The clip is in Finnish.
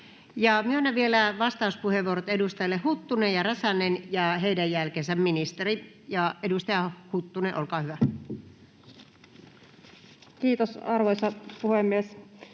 myönnän vielä vastauspuheenvuorot edustajille Huttunen ja Räsänen, ja heidän jälkeensä ministeri. — Edustaja Huttunen, olkaa hyvä. [Speech